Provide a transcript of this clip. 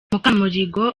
mukamurigo